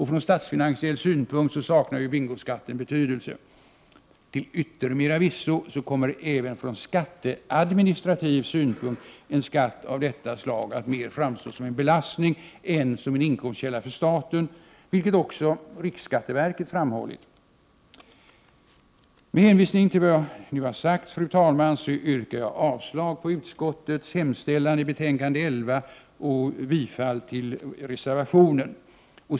Från statsfinansiell synpunkt saknar bingoskatten betydelse. Till yttermera visso kommer även från skatteadministrativ synpunkt en skatt av detta slag att framstå mer som en belastning än som en inkomstkälla för staten, vilket också riksskatteverket framhållit. Med hänvisning till vad jag nu har sagt, fru talman, yrkar jag avslag på utskottets hemställan i skatteutskottets betänkande 11 och bifall till reservationen.